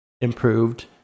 improved